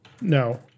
no